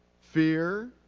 fear